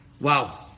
Wow